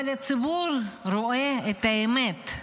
אבל הציבור רואה את האמת.